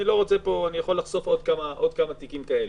אני יכול לחשוף עוד כמה תיקים כאלה.